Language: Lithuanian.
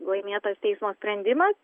laimėtas teismo sprendimas